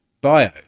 Bio